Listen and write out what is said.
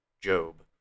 Job